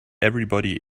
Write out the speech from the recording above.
everybody